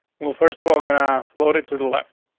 well, first of all, gonna floated to the left.